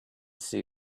see